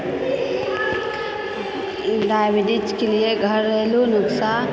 डायबिटीजके लिए घरेलु नुक्सा